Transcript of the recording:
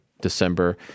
December